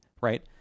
right